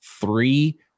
three